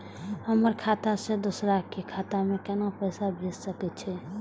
हमर खाता से दोसर के खाता में केना पैसा भेज सके छे?